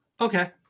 Okay